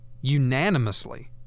unanimously